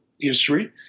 history